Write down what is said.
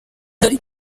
dore